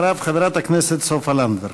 אחריו, חברת הכנסת סופה לנדבר.